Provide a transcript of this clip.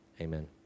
amen